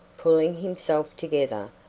pulling himself together,